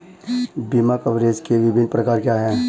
बीमा कवरेज के विभिन्न प्रकार क्या हैं?